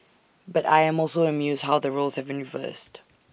but I am also amused how the roles have been reversed